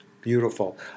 beautiful